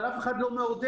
אבל אף אחד לא מעודד.